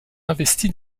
investi